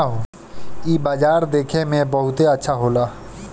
इ बाजार देखे में बहुते अच्छा होला